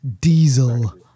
Diesel